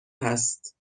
هست